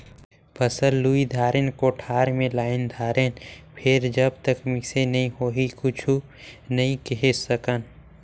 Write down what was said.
फसल लुई दारेन, कोठार मे लायन दारेन फेर जब तक मिसई नइ होही कुछु नइ केहे सकन